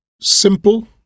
simple